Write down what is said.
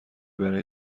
برای